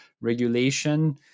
regulation